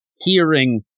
hearing